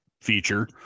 feature